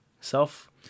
Self